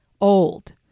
old